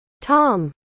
Tom